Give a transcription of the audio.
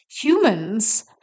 humans